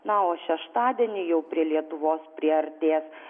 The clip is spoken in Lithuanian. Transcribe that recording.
na o šeštadienį jau prie lietuvos priartės